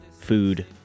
food